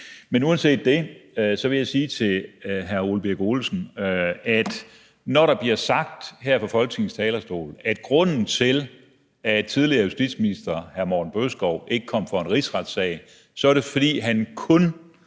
Men uanset det vil jeg sige til hr. Ole Birk Olesen, at når der bliver sagt her fra Folketingets talerstol, at grunden til, at tidligere justitsminister hr. Morten Bødskov ikke kom for en rigsret, var, at han »kun«